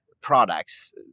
products